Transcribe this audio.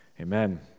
Amen